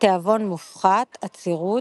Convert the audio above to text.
תיאבון מופחת, עצירות,